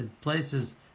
places